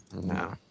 No